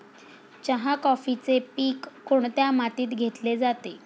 चहा, कॉफीचे पीक कोणत्या मातीत घेतले जाते?